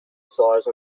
size